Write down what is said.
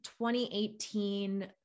2018